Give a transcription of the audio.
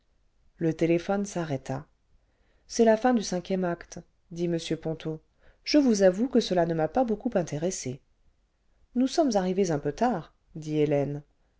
le téléphone s'arrêta ce c'est la fin du cinquième acte dit m ponto je vous avoue que cela ne m'a pas beaucoup intéressé nous sommes arrivés un peu tard dit hélène